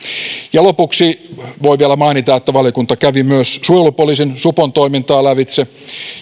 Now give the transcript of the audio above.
lopuksi voin vielä mainita että valiokunta kävi myös suojelupoliisin supon toimintaa lävitse